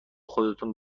خودتون